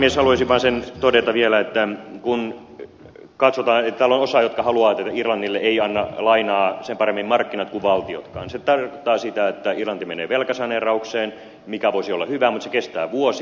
haluaisin vaan sen todeta vielä kun katsotaan että täällä on osa jotka haluavat että irlannille eivät anna lainaa sen paremmin markkinat kuin valtiotkaan että se tarkoittaa sitä että irlanti menee velkasaneeraukseen mikä voisi olla hyvä mutta se kestää vuosia